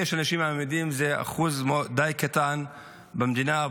אם יש אנשים אמידים זה אחוז די קטן במדינה,